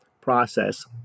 process